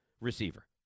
receiver